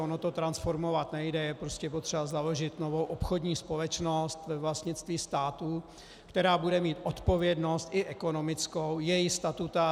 Ono to transformovat nejde, je prostě potřeba založit novou obchodní společnost ve vlastnictví státu, která bude mít odpovědnost, i ekonomickou, její statutáři.